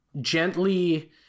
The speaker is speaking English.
gently